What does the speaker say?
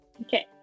okay